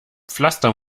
pflaster